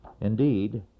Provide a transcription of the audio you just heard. Indeed